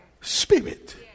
spirit